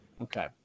Okay